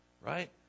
right